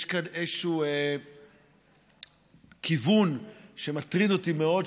יש כאן איזשהו כיוון שמטריד אותי מאוד,